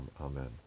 amen